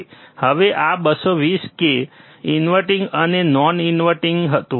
હવે આ 220k inverting અને નોન ઇન્વર્ટીંગ હતું